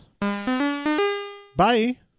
Bye